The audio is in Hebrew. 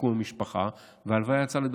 הסיכום עם המשפחה, וההלוויה יצאה לדרכה.